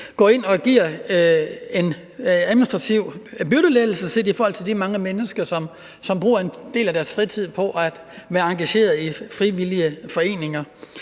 går ind og giver en administrativ byrdelettelse for de mange mennesker, som bruger en del af deres fritid på at være engageret i frivillige foreninger.